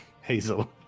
Hazel